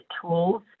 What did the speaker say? tools